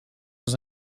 dans